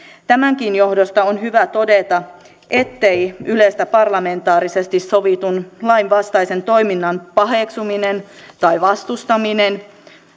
tämänkin johdosta on hyvä todeta ettei ylestä parlamentaarisesti sovitun lainvastaisen toiminnan paheksuminen tai vastustaminen